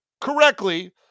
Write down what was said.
correctly